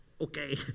okay